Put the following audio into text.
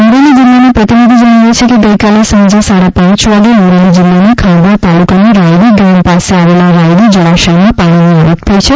અમારા અમરેલી જિલ્લાના પ્રતિનિધિ જણાવે છે કે ગઇકાલે સાંજે સાડા પાંચ વાગે અમરેલી જિલ્લાના ખાંભા તાલુકાના રાયડી ગામ પાસે આવેલા રાયડી જળાશયમાં પાણીની આવક થઈ છે